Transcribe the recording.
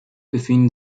befinden